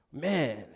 man